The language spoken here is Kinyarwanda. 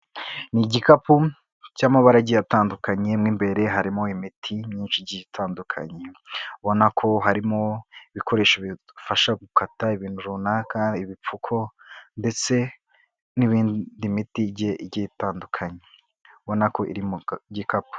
Ni igikapu cy'amabara agiye atandukanye, mu imbere harimo imiti myinshi igiye itandukanye, ubona ko harimo ibikoresho bifasha gukata ibintu runaka, ibipfuko ndetse n'indi miti igiiye tandukanye, ubonako iri mu gikapu.